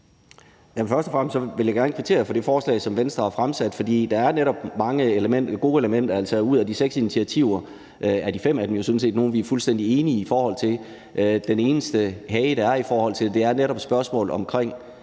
Først og fremmest vil jeg gerne kvittere for det forslag, som Venstre har fremsat, for der er nemlig mange gode elementer i det, der er taget ud af de seks initiativer. De fem af dem er jo sådan set nogle, vi er fuldstændig enige i. Den eneste hage, der er, er netop spørgsmålet om